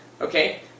Okay